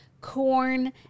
corn